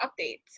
updates